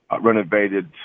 renovated –